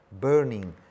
burning